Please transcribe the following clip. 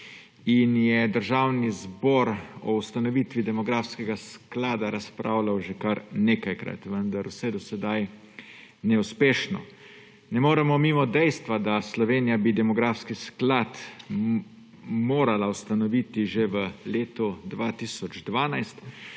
in je Državni zbor o ustanovitvi demografskega sklada razpravljal že kar nekajkrat, vendar vse do sedaj neuspešno. Ne moremo mimo dejstva, da bi Slovenija demografski sklad morala ustanoviti že v letu 2012.